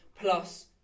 plus